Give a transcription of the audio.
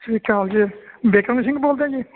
ਸਤਿ ਸ਼੍ਰੀ ਅਕਾਲ ਜੀ ਏਕਮ ਸਿੰਘ ਬੋਲਦੇ ਜੀ